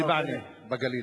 בבענה בגליל.